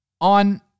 on